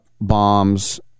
bombs